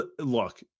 Look